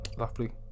lovely